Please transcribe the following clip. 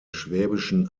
schwäbischen